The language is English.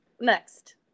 Next